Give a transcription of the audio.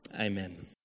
Amen